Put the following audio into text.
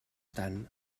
tant